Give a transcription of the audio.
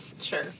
Sure